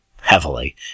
heavily